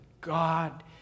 God